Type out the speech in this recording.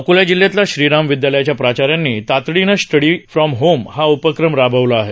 अकोला जिल्ह्यातल्या श्रीराम विद्यालयाच्या प्राचार्यांनी तातडीनं स्टडी फ्रॉम होम हा उपक्रम राबविला आहे